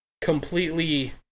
completely